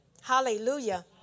Hallelujah